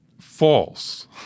false